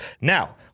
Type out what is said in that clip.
Now